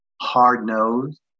hard-nosed